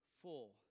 full